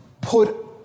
put